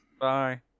Bye